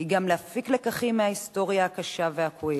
הוא גם להפיק לקחים מההיסטוריה הקשה והכואבת.